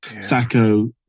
Sacco